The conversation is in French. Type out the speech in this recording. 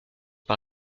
par